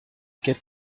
get